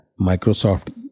Microsoft